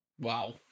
wow